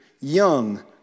young